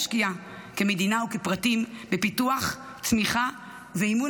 כמדינה וכפרטים עלינו להשקיע בפיתוח צמיחה ואימון